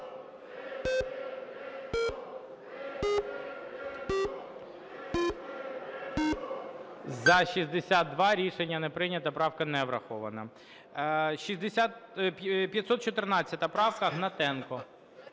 За-64 Рішення не прийнято. Правка не врахована. 513 правка. Гнатенко.